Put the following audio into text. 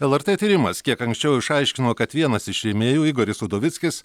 lrt tyrimas kiek anksčiau išaiškino kad vienas iš rėmėjų igoris udovickis